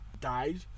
died